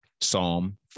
Psalm